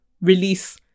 release